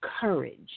courage